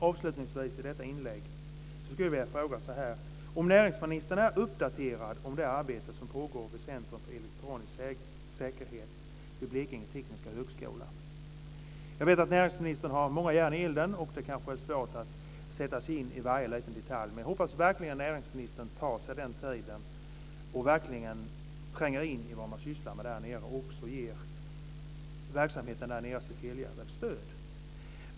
Avslutningsvis skulle jag vilja fråga om näringsministern är uppdaterad vad gäller det arbete som pågår vid Centrum för elektronisk säkerhet vid Blekinge tekniska högskola. Jag vet att näringsministern har många järn i elden och att det kan vara svårt att sätta sig in i varje liten detalj men jag hoppas att näringsministern tar sig tid och verkligen tränger in i vad man sysslar med där nere och att han ger verksamheten där nere sitt helhjärtade stöd.